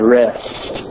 rest